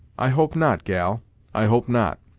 i hope not, gal i hope not.